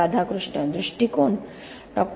राधाकृष्ण दृष्टिकोन डॉ